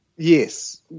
Yes